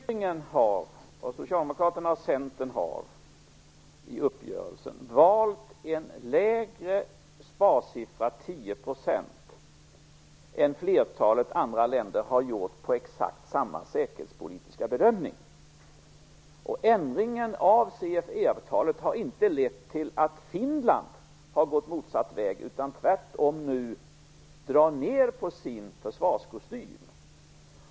Herr talman! Regeringen har, liksom Socialdemokraterna och Centern, i uppgörelsen valt en lägre sparsiffra, 10 %, än flertalet andra länder gjort med exakt samma säkerhetspolitiska bedömning. Ändringen av CFE-avtalet har inte lett till att Finland gått motsatt väg. Tvärtom drar man nu ned på sin försvarskostym.